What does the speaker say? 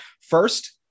First